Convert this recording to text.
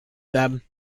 them